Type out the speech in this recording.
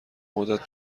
مدت